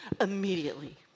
immediately